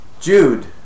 Jude